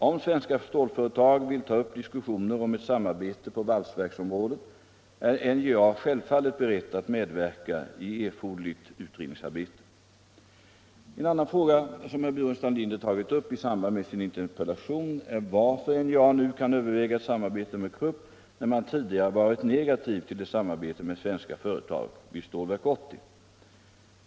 Om svenska stålföretag vill ta upp diskussioner om ett samarbete på valsverksområdet är NJA självfallet berett att medverka i erforderligt utredningsarbete. En annan fråga som herr Burenstam Linder tagit upp i samband med sin interpellation är varför NJA nu kan överväga ett samarbete med Krupp när man tidigare varit negativ till ett samarbete med svenska företag vid Stålverk 80.